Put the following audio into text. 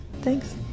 thanks